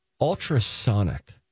ultrasonic